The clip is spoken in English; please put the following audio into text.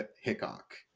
hickok